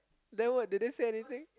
then what did they say anything